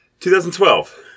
2012